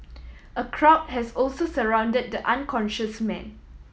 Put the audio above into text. a crowd has also surround the unconscious man